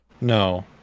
No